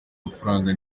mafaranga